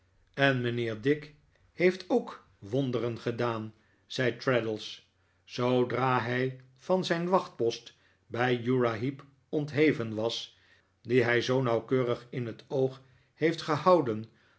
en mijnheer dick heeft ook wonderen gedaan zei traddles zoodra hij van zijn wachtpost bij uriah heep ontheven was dien hij zoo nauwkeurig in het oog heeft gehouden